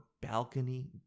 balcony